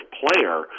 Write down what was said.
player